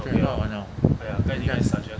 就必完 hor